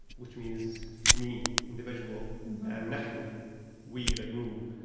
which means me, individual, and nahnu we, the group.